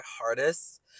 hardest